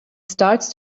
starts